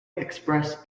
express